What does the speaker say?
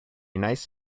nice